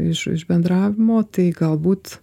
iš iš bendravimo tai galbūt